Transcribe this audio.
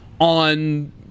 on